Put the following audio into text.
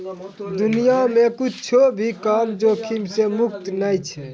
दुनिया मे कुच्छो भी काम जोखिम से मुक्त नै छै